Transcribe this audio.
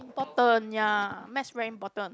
important ya Maths very important